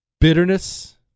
Bitterness